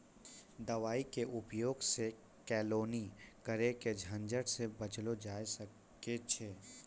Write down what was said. दवाई के उपयोग सॅ केलौनी करे के झंझट सॅ बचलो जाय ल सकै छै